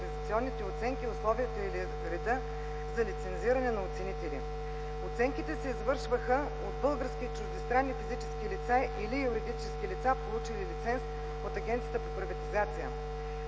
Оценките се извършваха от български и чуждестранни физически лица или юридически лица, получили лиценз от Агенцията за приватизация.